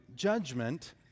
judgment